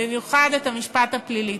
במיוחד את המשפט הפלילי.